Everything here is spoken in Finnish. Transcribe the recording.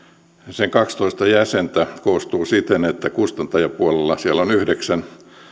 sen kaksitoista jäsentä koostuu siten että kustantajapuolella siellä on yhdeksän